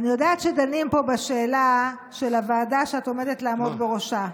אני יודעת שדנים פה בשאלה של הוועדה שאת עומדת לעמוד בראשה.